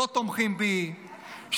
לא תומכים בי,